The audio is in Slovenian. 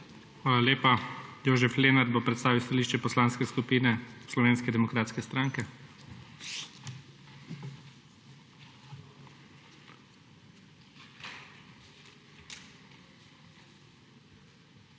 Hvala lepa. Jožef Lenart bo predstavil stališče Poslanske skupine Slovenske demokratske stranke. **JOŽEF